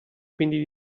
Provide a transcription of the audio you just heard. quindi